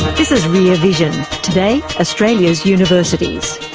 this is rear vision. today, australia's universities.